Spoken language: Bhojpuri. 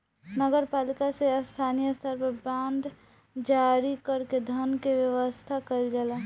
नगर पालिका से स्थानीय स्तर पर बांड जारी कर के धन के व्यवस्था कईल जाला